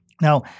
Now